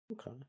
okay